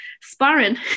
sparring